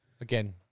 Again